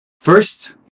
First